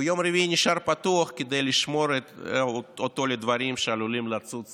ויום רביעי נשאר פתוח כדי לשמור אותו לדברים שעלולים לצוץ